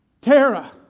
Tara